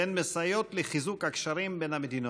והן מסייעות לחיזוק הקשרים בין המדינות.